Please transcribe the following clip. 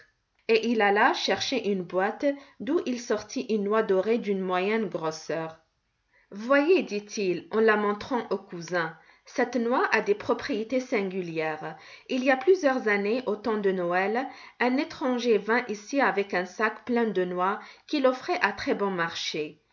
et il alla chercher une boîte d'où il sortit une noix dorée d'une moyenne grosseur voyez dit-il en la montrant au cousin cette noix a des propriétés singulières il y a plusieurs années au temps de noël un étranger vint ici avec un sac plein de noix qu'il offrait à très-bon marché